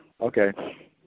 Okay